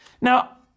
Now